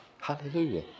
Hallelujah